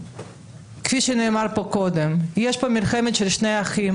כפי שנאמר פה קודם, יש פה מלחמה של שני אחים